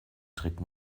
trägt